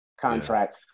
contract